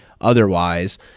otherwise